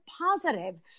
positive